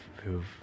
who've